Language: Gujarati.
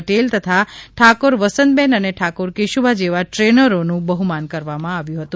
પટેલ તથા ઠાકોર વસંતબેન અને ઠાકોર કેશુભા જેવા ટ્રેનરોનું બહમાન કરવામાં આવ્યું હતું